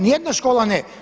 Nijedna škola ne.